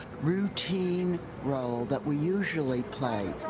routine role that we usually play.